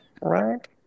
Right